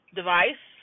device